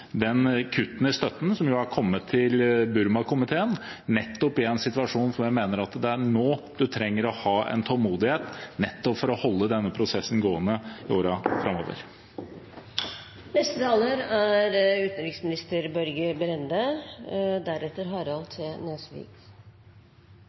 kuttene i støtten som er kommet til Burma-komiteen, i en situasjon der jeg mener at det er nå en trenger å ha en tålmodighet, nettopp for å holde denne prosessen gående i årene framover. Som jeg også sa i mitt første svar til representanten, er